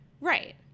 Right